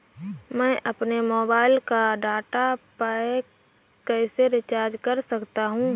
मैं अपने मोबाइल का डाटा पैक कैसे रीचार्ज कर सकता हूँ?